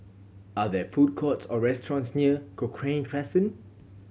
are there food courts or restaurants near Cochrane Crescent